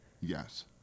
Yes